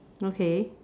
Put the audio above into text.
okay